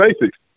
basics